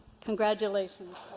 congratulations